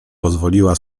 pozwoliła